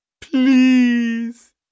please